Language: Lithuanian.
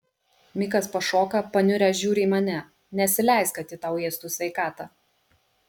mikas pašoka paniuręs žiūri į mane nesileisk kad ji tau ėstų sveikatą